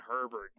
Herbert